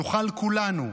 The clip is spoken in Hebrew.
נוכל כולנו,